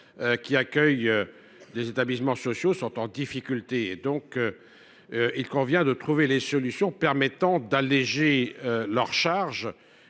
qui accueillent des établissements sociaux sont en difficulté. Il convient donc de trouver les solutions qui leur permettront d’alléger leurs charges